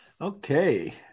Okay